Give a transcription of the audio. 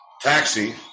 Taxi